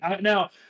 Now